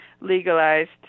legalized